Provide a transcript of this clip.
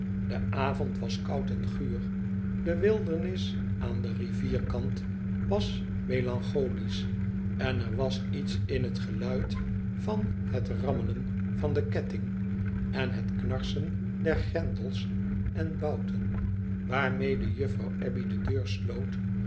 de avond was koud en guur de wildernis aan den rivierkant was melancholisch en er was iets in het geluid van het rammelen van den ketting en het knarsen der grendels en bouten waarmede juffrouw abbey de deur sloot